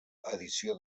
edició